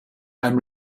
and